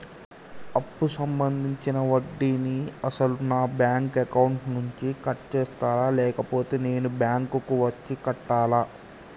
అప్పు సంబంధించిన వడ్డీని అసలు నా బ్యాంక్ అకౌంట్ నుంచి కట్ చేస్తారా లేకపోతే నేను బ్యాంకు వచ్చి కట్టాలా?